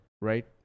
Right